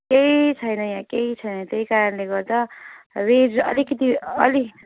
केही छैन यहाँ केही छैन त्यही कारणले गर्दा वेज अलिकति अलि